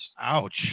Ouch